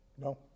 No